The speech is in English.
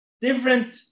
different